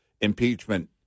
impeachment